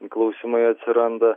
klausimai atsiranda